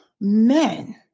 men